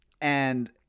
and-